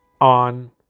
on